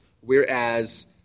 whereas